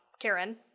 Karen